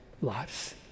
lives